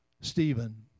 Stephen